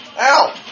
Ow